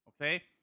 okay